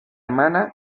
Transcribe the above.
hermana